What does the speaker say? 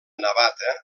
navata